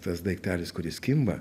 tas daiktelis kuris kimba